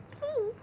Please